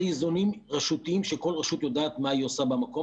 זה איזונים רשותיים שכל רשות יודעת מה היא עושה במקום